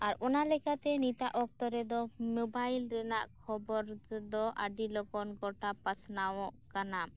ᱟᱨ ᱚᱱᱟ ᱞᱮᱠᱟᱛᱮ ᱱᱤᱛᱟᱜ ᱚᱠᱛᱚ ᱨᱮᱫᱚ ᱢᱳᱵᱟᱭᱤᱞ ᱨᱮᱱᱟᱜ ᱠᱷᱚᱵᱚᱨ ᱛᱮᱫᱚ ᱟᱹᱰᱤ ᱞᱚᱜᱚᱱ ᱜᱚᱴᱟ ᱯᱟᱥᱱᱟᱣᱚᱜ ᱠᱟᱱᱟ